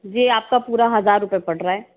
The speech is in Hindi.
जी आपका पूरा हजार रुपए पड़ रहा है